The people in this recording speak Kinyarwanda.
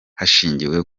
hashingiwe